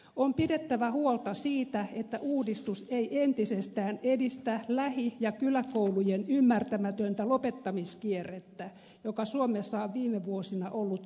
on pidettävä huolta siitä että uudistus ei entisestään edistä lähi ja kyläkoulujen ymmärtämätöntä lopettamiskierrettä joka suomessa on viime vuosina ollut vallalla